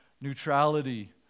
neutrality